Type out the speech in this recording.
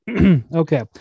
Okay